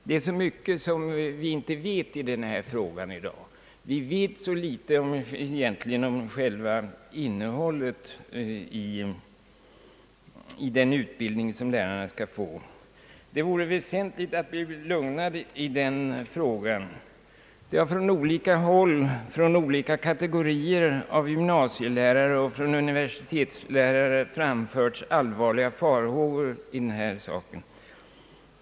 Det är så mycket vi inte vet i den här frågan i dag — vi vet egentligen ytterst litet om själva innehållet i den utbildning som lärarna skall få. Det vore väsentligt att vi blev lugnade på den punkten. Olika kategorier av gymnasielärare och universitetslärare har framfört allvarliga farhågor härvidlag.